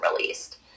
released